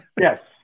Yes